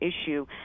issue